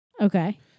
Okay